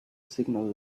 signal